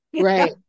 Right